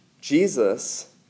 Jesus